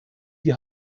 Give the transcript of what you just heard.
die